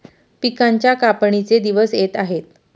पिकांच्या कापणीचे दिवस येत आहेत